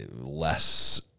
less